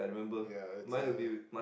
ya it's a